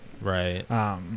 Right